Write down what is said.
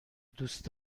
دوست